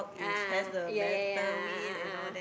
a'ah a'ah yeah yeah yeah a'ah a'ah a'ah